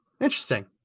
Interesting